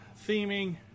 theming